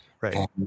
Right